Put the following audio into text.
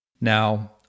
now